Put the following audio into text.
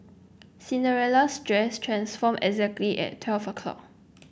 Cinderella's dress transformed exactly at twelve o'clock